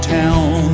town